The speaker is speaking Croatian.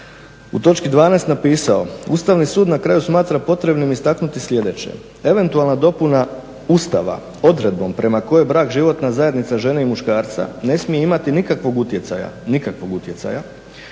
u točki 12.napisao "Ustavni sud na kraju smatra potrebnim istaknuti sljedeće, eventualna dopuna Ustava odredbom prema kojoj brak životna zajednica žene i muškarca ne smije imati nikakvog utjecaja na daljnji